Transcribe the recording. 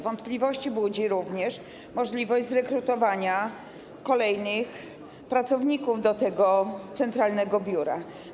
Wątpliwości budzi również możliwość zrekrutowania kolejnych pracowników do tego centralnego biura.